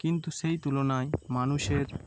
কিন্তু সেই তুলনায় মানুষের